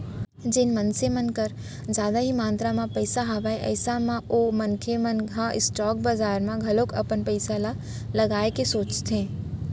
जेन मनसे मन कर जादा ही मातरा म पइसा हवय अइसन म ओ मनखे मन ह स्टॉक बजार म घलोक अपन पइसा ल लगाए के सोचथे